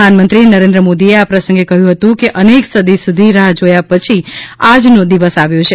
પ્રધાનમંત્રી નરેન્દ્ર મોદી એ આ પ્રસંગે કહ્યું હતું કે અનેક સદી સુધી રાહ જોયા પછી આજ નો દિવસ આવ્યો છે